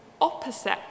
opposite